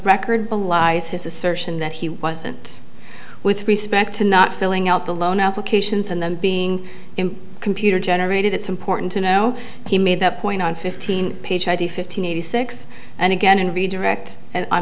record belies his assertion that he wasn't with respect to not filling out the loan applications and then being computer generated it's important to know he made that point on fifteen fifteen eighty six and again and redirect